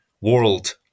world